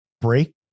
break